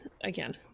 again